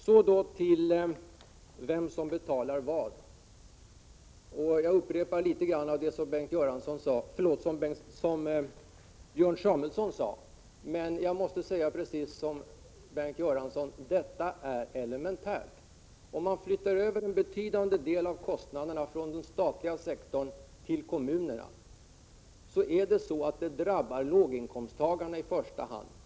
Så till vem som betalar vad. Jag upprepar litet av det som Björn Samuelson sade, men jag måste också liksom Bengt Göransson säga: Detta är elementärt. Om man flyttar över en betydande del av kostnaderna från den statliga sektorn till kommunerna, drabbar det låginkomsttagarna i första hand.